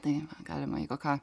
tai va galima jeigu ką